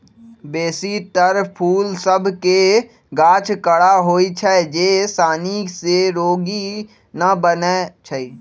बेशी तर फूल सभ के गाछ कड़ा होइ छै जे सानी से रोगी न बनै छइ